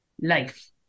life